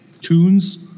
tunes